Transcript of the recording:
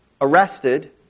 arrested